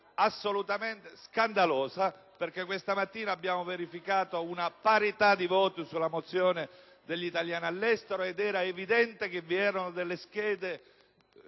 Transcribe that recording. assolutamente scandalosa perché questa mattina abbiamo verificato una parità di voti su una mozione sugli italiani nel mondo ed era evidente che vi erano luci accese